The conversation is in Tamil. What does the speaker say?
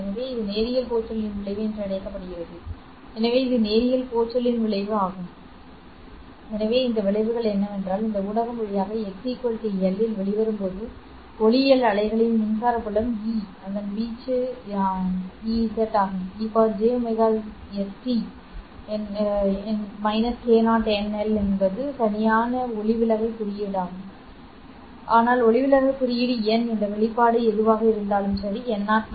எனவே இது நேரியல் போச்சலின் விளைவு என்று அழைக்கப்படுகிறது எனவே இது நேரியல் போச்சலின் விளைவு ஆகும் எனவே இந்த விளைவுகள் என்னவென்றால் இந்த ஊடகம் வழியாக x L இல் வெளிவரும் போது ஒளியியல் அலைகளின் மின்சார புலம் E அதன் வீச்சு ஆகும் ejωst- k0nL சரியான n என்பது ஒளிவிலகல் குறியீடாகும் ஆனால் ஒளிவிலகல் குறியீடு n இந்த வெளிப்பாடு எதுவாக இருந்தாலும் சரி n0 1 2 ஆல் வழங்கப்படுகிறது என்பதை நான் அறிவேன்